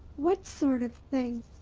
what sort of thing?